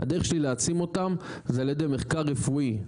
הדרך שלי להעצים אותם זה על ידי מחקר רפואי,